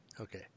Okay